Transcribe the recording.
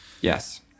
Yes